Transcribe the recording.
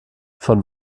von